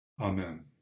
Amen